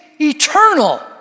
eternal